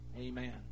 Amen